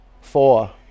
four